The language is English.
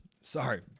sorry